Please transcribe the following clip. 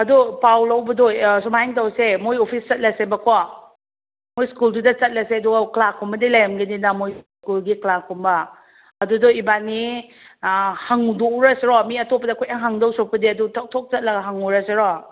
ꯑꯗꯣ ꯄꯥꯎ ꯂꯧꯕꯗꯣ ꯁꯨꯃꯥꯏꯅ ꯇꯧꯁꯦ ꯃꯣꯏ ꯑꯣꯐꯤꯁ ꯆꯠꯂꯁꯦꯕꯀꯣ ꯃꯣꯏ ꯁ꯭ꯀꯨꯜꯗꯨꯗ ꯆꯠꯂꯁꯦ ꯑꯗꯨꯒ ꯀ꯭ꯂꯥꯛ ꯀꯨꯝꯕꯗꯤ ꯂꯩꯔꯝꯒꯅꯤꯅ ꯃꯣꯏ ꯁ꯭ꯀꯨꯜꯒꯤ ꯀ꯭ꯂꯥꯛ ꯀꯨꯝꯕ ꯑꯗꯨꯗ ꯏꯕꯥꯅꯤ ꯍꯪꯗꯣꯎꯔꯁꯤꯔꯣ ꯃꯤ ꯑꯇꯣꯞꯄꯗ ꯀꯣꯏꯍꯪ ꯍꯪꯗꯣꯏ ꯁꯔꯨꯛꯄꯨꯗꯤ ꯑꯗꯨ ꯊꯣꯛ ꯊꯣꯛ ꯆꯠꯂꯒ ꯍꯪꯉꯨꯔꯁꯤꯔꯣ